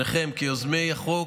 שניכם כיוזמי החוק